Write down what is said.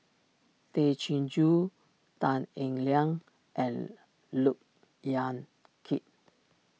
Tay Chin Joo Tan Eng Liang and Look Yan Kit